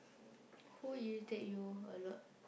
who irritate you a lot